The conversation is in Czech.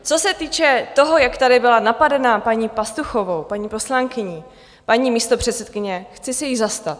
Co se týče toho, jak tady byla napadena paní Pastuchovou, paní poslankyní, paní místopředsedkyně, chci se jí zastat.